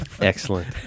Excellent